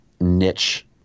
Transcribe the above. niche